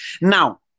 Now